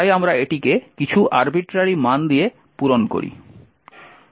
তাই আমরা এটিকে কিছু আর্বিট্রারি মান দিয়ে পূরণ করি